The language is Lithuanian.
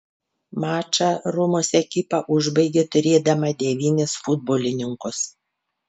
mačą romos ekipa užbaigė turėdama devynis futbolininkus